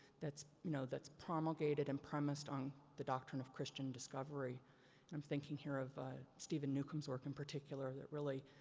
that's, you know, that's promulgated and premised on the doctrine of christian discovery. and i'm thinking here of steven newcomb's work in particular, that really,